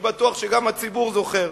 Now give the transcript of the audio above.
אני בטוח שגם הציבור זוכר.